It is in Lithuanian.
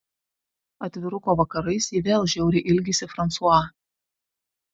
atviruko vakarais ji vėl žiauriai ilgisi fransua